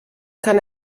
kann